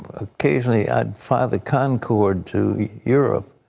occasionally i would fly the concorde to europe,